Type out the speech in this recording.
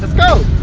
go!